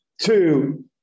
Two